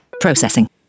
Processing